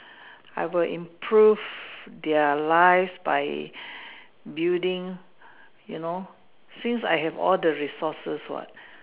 I will improve their lives by building you know since I have all the resources what